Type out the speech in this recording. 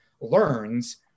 learns